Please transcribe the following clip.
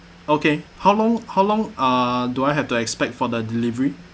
okay how long how long ah do I have to expect for the delivery